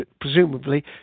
presumably